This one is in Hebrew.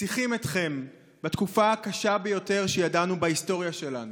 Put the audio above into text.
צריכים אתכם בתקופה הקשה ביותר שידענו בהיסטוריה שלנו.